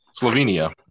Slovenia